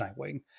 Nightwing